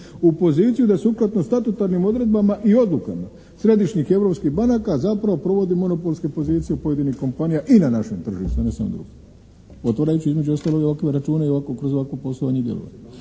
u poziciju da sukladno statutarnim odredbama i odlukama središnjih europskih banaka zapravo provodi monopolske pozicije u pojedinim kompanijama i na našem tržištu, a ne samo drugdje. Otvarajući između ostaloga i ovakve račune i kroz ovakvo poslovanje i djelovanje.